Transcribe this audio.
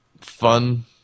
fun